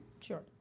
Sure